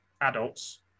adults